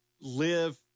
live